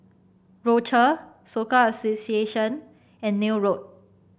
Rochor Soka Association and Neil Road